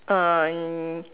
um